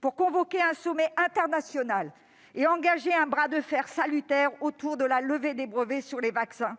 pour convoquer un sommet international et engager un bras de fer salutaire autour de la levée des brevets sur les vaccins